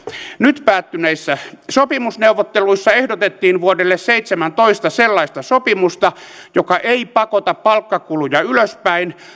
nyt päättyneissä sopimusneuvotteluissa ehdotettiin vuodelle seitsemäntoista sellaista sopimusta joka ei pakota palkkakuluja ylöspäin